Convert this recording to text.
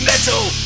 metal